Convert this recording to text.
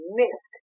missed